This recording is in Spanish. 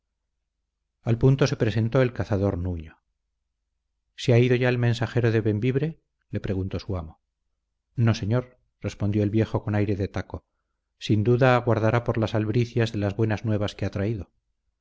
al punto se presentó el cazador nuño se ha ido ya el mensajero de bembibre le preguntó su amo no señor respondió el viejo con aire de taco sin duda aguardará por las albricias de las buenas nuevas que ha traído